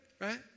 right